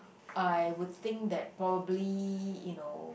I would think that probably you know